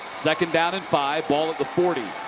second down and five. ball at the forty.